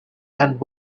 and